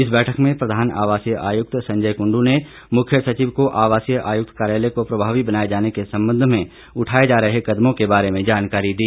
इस बैठक में प्रधान आवासीय आयुक्त संजय कुंड़ ने मुख्य सचिव को आवासीय आयुक्त कार्यालय को प्रभावी बनाए जाने के संबंध में उठाए जा रहे कदमों के बारे जानकारी दी